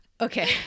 okay